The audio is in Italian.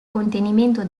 contenimento